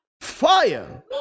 Fire